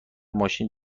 ماشین